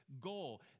goal